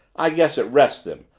i guess it rests them,